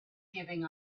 giving